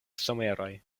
someroj